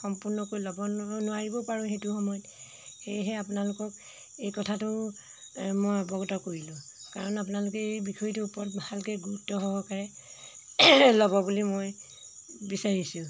সম্পূৰ্ণকৈ ল'ব নোৱাৰিবও পাৰোঁ সেইটো সময়ত সেয়েহে আপোনালোকক এই কথাটো মই অৱগত কৰিলোঁ কাৰণ আপোনালোকে এই বিষয়টোৰ ওপৰত ভালকৈ গুৰুত্ব সহকাৰে ল'ব বুলি মই বিচাৰিছোঁ